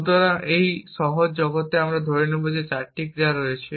সুতরাং এই সহজ জগতে আমরা ধরে নেব যে 4টি ক্রিয়া রয়েছে